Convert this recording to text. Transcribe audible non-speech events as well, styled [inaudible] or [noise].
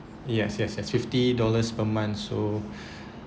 yes yes fifty dollars per month so [breath]